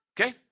okay